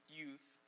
youth